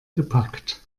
gepackt